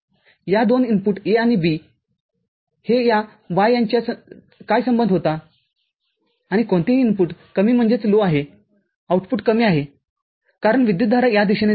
या दोन input A आणि B आणि हे Y यांच्यात काय संबंध होता कोणतेही इनपुट कमी आहे आउटपुट कमी आहे कारण विद्युतधारा या दिशेने जात आहे